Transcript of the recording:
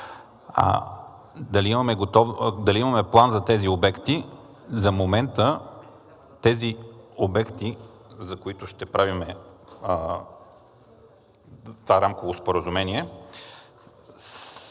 Дали имаме план за тези обекти? За момента за тези обекти, за които ще правим това рамково споразумение,